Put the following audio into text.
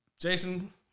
Jason